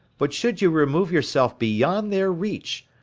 but should you remove yourself beyond their reach,